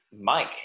Mike